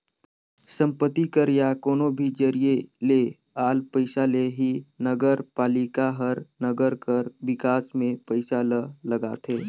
संपत्ति कर या कोनो भी जरिए ले आल पइसा ले ही नगरपालिका हर नंगर कर बिकास में पइसा ल लगाथे